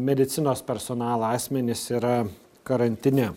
medicinos personalo asmenys yra karantine